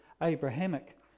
Abrahamic